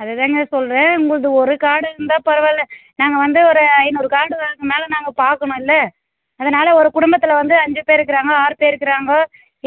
அது தாங்க சொல்கிறேன் உங்களது ஒரு கார்ட் இருந்தால் பரவாயில்ல நாங்கள் வந்து ஒரு ஐந்நூறு கார்டு வாக்கு மேலே நாங்கள் பார்க்கணும் இல்லை அதனால் ஒரு குடும்பத்தில் வந்து அஞ்சு பேர் இருக்கிறாங்க ஆறு பேர் இருக்கிறாங்க